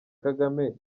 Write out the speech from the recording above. kagame